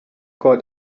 got